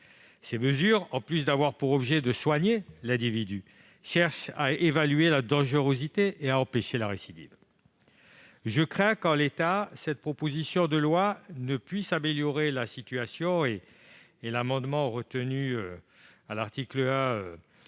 Ces mesures, en plus de soigner l'individu, ont pour objet d'évaluer sa dangerosité et d'empêcher la récidive. Je crains qu'en l'état cette proposition de loi ne puisse améliorer la situation, et l'amendement retenu à l'article 1